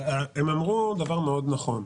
הם אמרו דבר מאוד נכון,